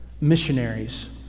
missionaries